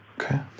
Okay